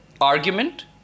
argument